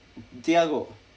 thiagu